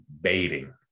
baiting